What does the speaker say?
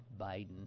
Biden